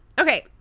Okay